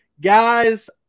guys